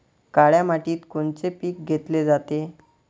काळ्या मातीत कोनचे पिकं घेतले जाते?